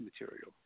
material